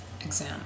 Exam